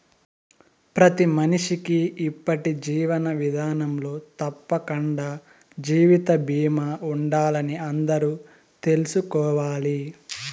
ప్రతి మనిషికీ ఇప్పటి జీవన విదానంలో తప్పకండా జీవిత బీమా ఉండాలని అందరూ తెల్సుకోవాలి